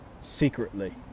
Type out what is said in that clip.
secretly